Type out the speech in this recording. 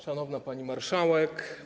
Szanowna Pani Marszałek!